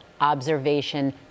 observation